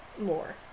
more